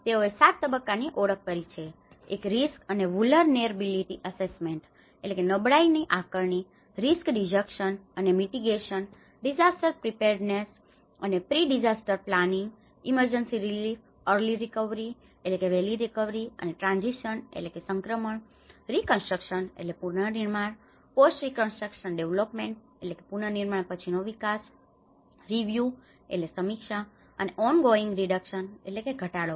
તેઓએ 7 તબક્કાઓની ઓળખ કરી છે એક રિસ્ક risk જોખમ અને વુલનેરબીલીટી અસેસમેન્ટ vulnerability assessment નબળાઈ આકારણી રિસ્ક રીડક્શન risk reduction જોખમ ઘટાડવાનું અને મિટીગેશન mitigation ઘટાડવું ડીસાસ્ટર પ્રીપેરડ્નેસ disastar preparedness આપત્તિસજ્જતા અને pre disaster planning pre disaster planning આપત્તિ પૂર્વેની યોજના ઇમરજન્સી રિલીફ emergency relief કટોકટી રાહત અર્લિ રિકવરીearly recovery વહેલી રિકવરી અને ટ્રાનજિશન transition સંક્રમણ રીકન્સ્ટ્રકશન reconstruction પુનર્નિર્માણ post reconstruction development post reconstruction development પુનર્નિર્માણ પછીનો વિકાસ રિવ્યૂ review સમીક્ષા અને ઓનગોઇંગ રીડક્શનongoing reduction ઘટાડો